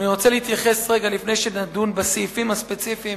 לפני שנדון בסעיפים הספציפיים